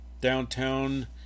downtown